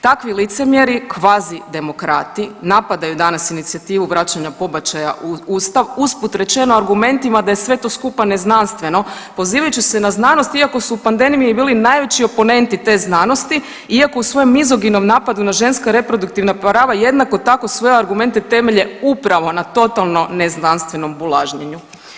Takvi licemjeri kvazi demokrati napadaju danas inicijativu vraćanja pobačaja u Ustav usput rečeno argumentima da je sve to skupa neznanstveno pozivajući se na znanost iako su u pandemiji bili najveći oponenti te znanosti, iako u svojem mizogenom napadu na ženska reproduktivna prava jednako tako svoje argumente temelje upravo na totalno neznanstvenom bulažnjenju.